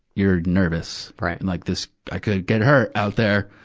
you're nervous. and like this, i could get hurt out there.